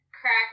Cracker